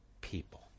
people